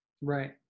right